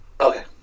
Okay